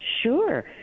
Sure